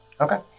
okay